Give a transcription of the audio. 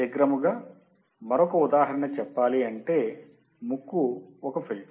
శీఘ్రముగా మరొక ఉదాహరణ చెప్పాలి అంటే ముక్కు ఒక ఫిల్టర్